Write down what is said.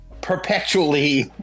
perpetually